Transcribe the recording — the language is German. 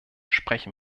sprechen